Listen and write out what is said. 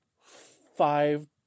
five